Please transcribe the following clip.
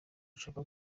ashaka